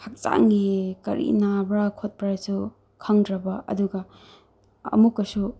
ꯍꯛꯆꯥꯡꯒꯤ ꯀꯔꯤ ꯅꯥꯕ꯭ꯔ ꯈꯣꯠꯄ꯭ꯔꯥꯁꯨ ꯈꯪꯗ꯭ꯔꯕ ꯑꯗꯨꯒ ꯑꯃꯨꯛꯀꯁꯨ